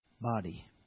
body